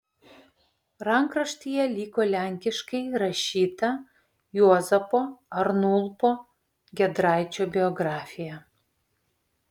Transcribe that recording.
rankraštyje liko lenkiškai rašyta juozapo arnulpo giedraičio biografija